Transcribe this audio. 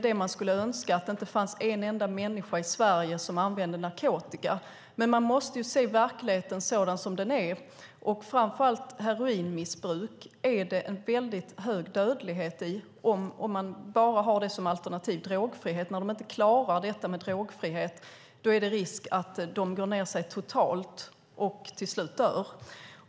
Vi önskar att inte en enda människa i Sverige använder narkotika. Men vi måste se verkligheten som den är. För framför allt heroinmissbruk råder hög dödlighet. Om de inte klarar drogfrihet är det risk att de går ned sig totalt och dör.